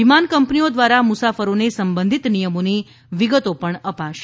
વિમાન કંપનીઓ દ્વારા મુસાફરોને સંબંધીત નિયમોની વિગતો પણ અપાશે